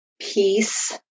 peace